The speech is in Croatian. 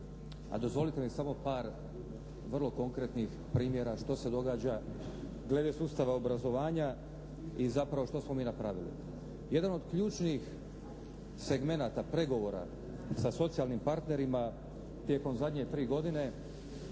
a dozvolite mi samo par vrlo konkretnih primjera što se događa glede sustava obrazovanja i zapravo što smo mi napravili. Jedan od ključnih segmenata pregovora sa socijalnim partnerima tijekom zadnje tri godine